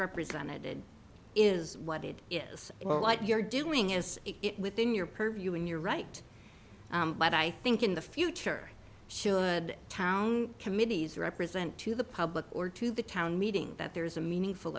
represented is what it is what you're doing is it within your purview in your right but i think in the future should town committees represent to the public or to the town meeting that there is a meaningful